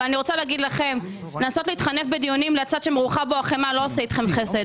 אבל לנסות להתחנף בדיונים לצד שמרוחה בו החמאה לא עושה איתכם חסד.